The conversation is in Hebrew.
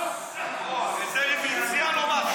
התפרעתם.